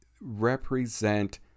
represent